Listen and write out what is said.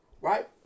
right